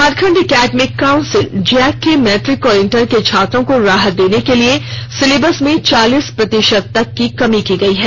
Jharkhand academic council JAC के matric और inter के छात्रों को राहत देने के लिए सिलेबस में चालीस प्रतिशत तक कमी की गई है